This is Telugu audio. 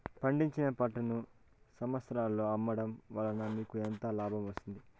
పండించిన పంటను సంతలలో అమ్మడం వలన మీకు ఎంత లాభం వస్తుంది?